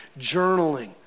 journaling